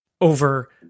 over